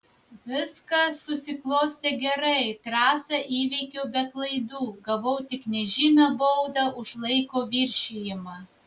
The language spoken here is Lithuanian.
viskas susiklostė gerai trasą įveikiau be klaidų gavau tik nežymią baudą už laiko viršijimą